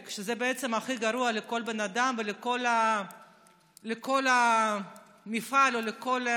עולם התרבות זה לא רק בית ליסין או הבימה או קונסרבטוריון,